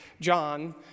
John